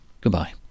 Goodbye